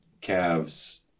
calves